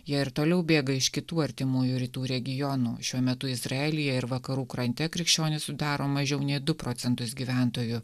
jie ir toliau bėga iš kitų artimųjų rytų regionų šiuo metu izraelyje ir vakarų krante krikščionys sudaro mažiau nei du procentus gyventojų